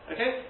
Okay